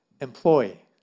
employee